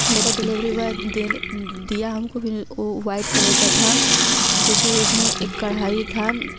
ले कर delivery boy दे दिया हम को फिर वो वाइट कलर का था चूँकि उस में एक कढ़ाई था